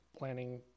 Planning